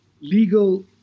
legal